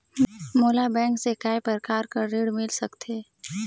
मोला बैंक से काय प्रकार कर ऋण मिल सकथे?